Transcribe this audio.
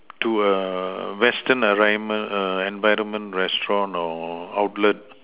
to a Western environment err environment restaurant or outlet